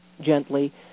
gently